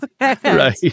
Right